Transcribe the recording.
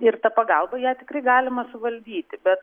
ir ta pagalba ją tikrai galima suvaldyti bet